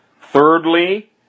Thirdly